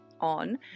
on